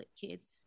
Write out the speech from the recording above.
kids